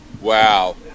Wow